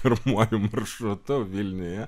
pirmuoju maršrutu vilniuje